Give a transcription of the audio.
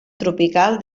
tropical